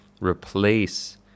replace